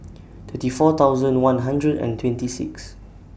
twenty four thousand one hundred and twenty six